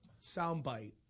Soundbite